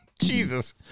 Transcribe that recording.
Jesus